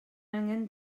angen